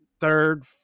third